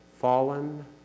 fallen